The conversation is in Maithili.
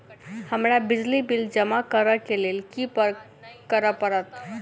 हमरा बिजली बिल जमा करऽ केँ लेल की करऽ पड़त?